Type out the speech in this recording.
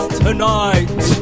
tonight